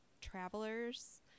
travelers